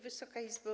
Wysoka Izbo!